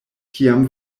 kiam